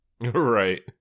Right